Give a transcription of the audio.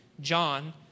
John